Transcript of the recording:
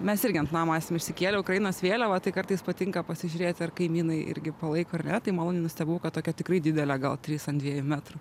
mes irgi ant namo esam išsikėlę ukrainos vėliavą tai kartais patinka pasižiūrėti ar kaimynai irgi palaiko maloniai nustebau kad tokia tikrai didelė gal trys ant dviejų metrų